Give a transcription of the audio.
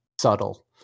subtle